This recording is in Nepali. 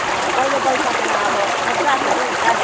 पहिलो वैशाखमा अब मज्जा आएको थियो हौ